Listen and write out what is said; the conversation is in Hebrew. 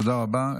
תודה רבה.